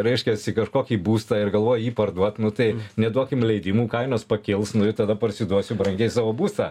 reiškiasi kažkokį būstą ir galvoji jį parduot nu tai neduokim leidimų kainos pakils nu ir tada parsiduosiu brangiai savo būstą